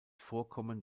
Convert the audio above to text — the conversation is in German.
vorkommen